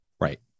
Right